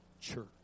church